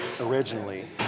originally